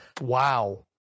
Wow